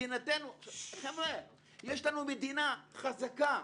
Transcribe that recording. יש לנו מדינה חזקה.